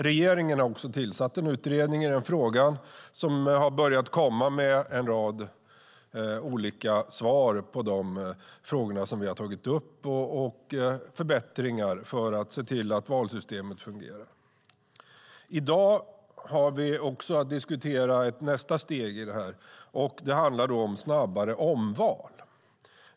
Regeringen har också tillsatt en utredning i frågan som har börjat komma med en rad olika svar på de frågor som vi har tagit upp och förslag till förbättringar för att se till att valsystemet fungerar. I dag har vi att diskutera nästa steg i detta. Det handlar om snabbare omval.